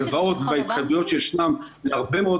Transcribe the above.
הלוואות והתחייבויות שישנם להרבה מאוד